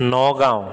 Nagaon